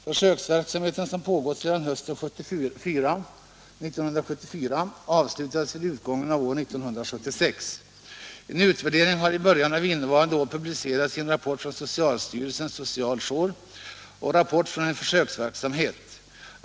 Försöksverksamheten, som pågått sedan hösten 1974, avslutades vid utgången av år 1976. En utvärdering har i början av innevarande år publicerats i en rapport från socialstyrelsen ”Social jour. Rapport från en försöksverksamhet”.